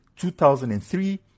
2003